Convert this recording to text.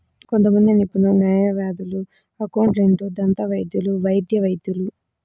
కొంతమంది నిపుణులు, న్యాయవాదులు, అకౌంటెంట్లు, దంతవైద్యులు, వైద్య వైద్యులు